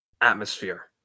atmosphere